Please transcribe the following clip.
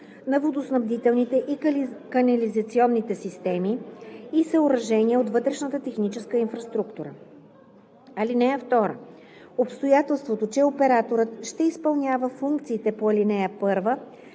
на водоснабдителните и канализационните системи и съоръжения от вътрешната техническа инфраструктура. (2) Обстоятелството, че операторът ще изпълнява функциите по ал. 1,